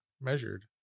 measured